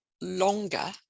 longer